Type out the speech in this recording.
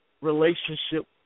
relationship